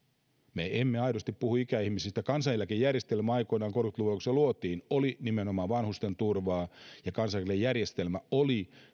me emme emme aidosti puhu ikäihmisistä kun kansaneläkejärjestelmä aikoinaan kolmekymmentä luvulla luotiin se oli nimenomaan vanhusten turvaa ja kansaneläkejärjestelmä oli